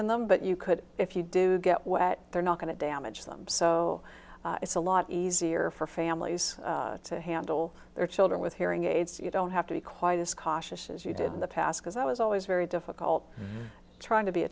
in them but you could if you do get wet not going to damage them so it's a lot easier for families to handle their children with hearing aids you don't have to be quite as cautious as you did in the past because i was always very difficult trying to be a